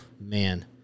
man